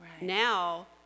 now